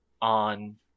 on